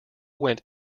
went